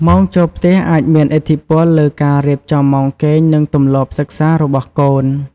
ម៉ោងចូលផ្ទះអាចមានឥទ្ធិពលលើការរៀបចំម៉ោងគេង និងទម្លាប់សិក្សារបស់កូន។